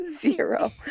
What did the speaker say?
Zero